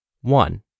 One